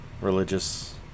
religious